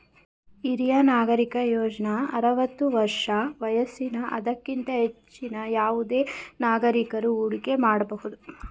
ಹಿರಿಯ ನಾಗರಿಕ ಯೋಜ್ನ ಆರವತ್ತು ವರ್ಷ ವಯಸ್ಸಿನ ಅದಕ್ಕಿಂತ ಹೆಚ್ಚಿನ ಯಾವುದೆ ನಾಗರಿಕಕರು ಹೂಡಿಕೆ ಮಾಡಬಹುದು